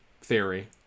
theory